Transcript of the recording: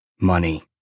Money